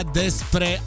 despre